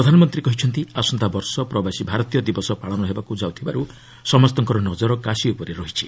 ପ୍ରଧାନମନ୍ତ୍ରୀ କହିଛନ୍ତି ଆସନ୍ତାବର୍ଷ ପ୍ରବାସୀ ଭାରତୀୟ ଦିବସ ପାଳନ ହେବାକୁ ଯାଉଥିବାରୁ ସମସ୍ତଙ୍କ ନଜର କାଶି ଉପରେ ରହିଛି